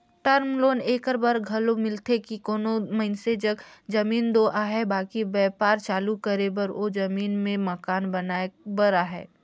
term loan एकर बर घलो मिलथे कि कोनो मइनसे जग जमीन दो अहे बकि बयपार चालू करे बर ओ जमीन में मकान बनाए बर अहे